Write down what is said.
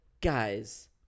guys